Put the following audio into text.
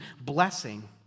blessing